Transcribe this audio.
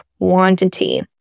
quantity